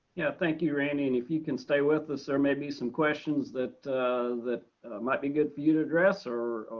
yeah thank you randy and if you can stay with us there may be some questions that that might be good for you to address or